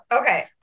okay